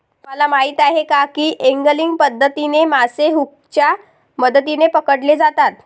तुम्हाला माहीत आहे का की एंगलिंग पद्धतीने मासे हुकच्या मदतीने पकडले जातात